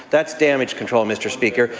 that's damage control, mr. speaker.